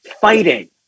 fighting